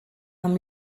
amb